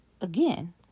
again